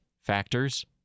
factors